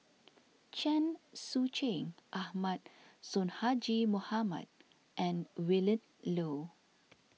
Chen Sucheng Ahmad Sonhadji Mohamad and Willin Low